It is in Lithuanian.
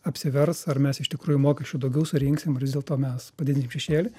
apsivers ar mes iš tikrųjų mokesčių daugiau surinksim ar vis dėlto mes padidinsim šešėlį